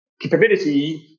capability